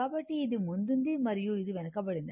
కాబట్టి ఇది ముందుంది మరియు ఇది వెనుకబడింది